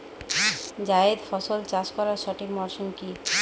জায়েদ ফসল চাষ করার সঠিক মরশুম কি?